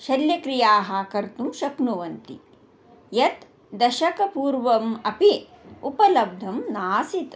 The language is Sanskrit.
शल्यक्रियाः कर्तुं शक्नुवन्ति यत् दशकपूर्वम् अपि उपलब्धं नासीत्